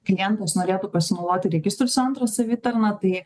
klientas norėtų pasinaudoti registrų centro savitarna tai